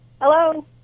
Hello